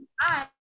Hi